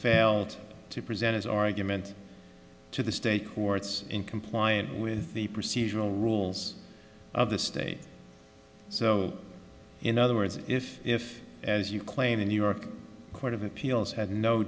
failed to present its argument to the state courts in compliance with the procedural rules of the state so in other words if if as you claim a new york court of appeals had no